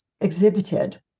exhibited